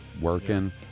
Working